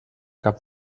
cap